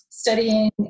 studying